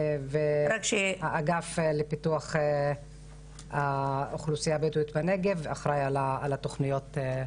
האגף לפיתוח האוכלוסיה הבדואית בנגב אחראי על התוכניות.